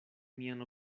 mian